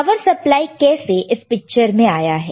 power supply कैसे इस picture में आया है